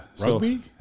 Rugby